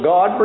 God